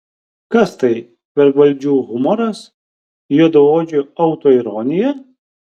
kas tai vergvaldžių humoras juodaodžių autoironija